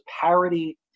parity